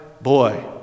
boy